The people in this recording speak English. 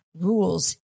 rules